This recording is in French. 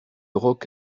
rock